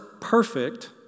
perfect